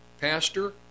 pastor